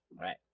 Right